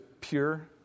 pure